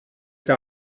der